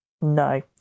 no